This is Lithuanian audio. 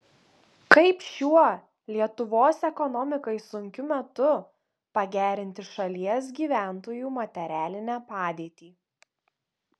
kaip šiuo lietuvos ekonomikai sunkiu metu pagerinti šalies gyventojų materialinę padėtį